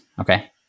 okay